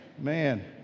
man